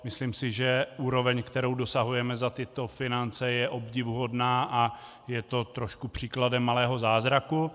Myslím si, že úroveň, kterou dosahujeme za tyto finance, je obdivuhodná a je to trošku příkladem malého zázraku.